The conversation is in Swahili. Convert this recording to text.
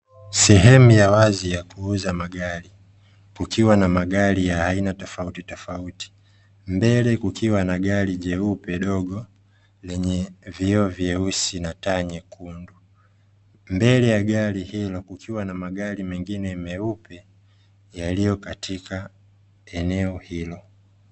Sehemu ya wazi ya kuuza magari, kukiwa na magari ya aina tofautitofauti, mbele kukiwa na gari jeupe dogo lenye vioo vyeusi na taa nyekundu, mbele ya gari hilo kukiwa na magari mengine meupe yaliyo katika eneo hilo.